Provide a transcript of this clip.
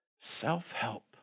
self-help